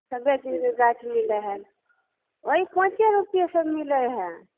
सब चीजके गाछ मिलै हइ ओहि पाँचे रुपये सब मिलै हइ